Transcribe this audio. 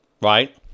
right